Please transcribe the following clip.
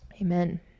Amen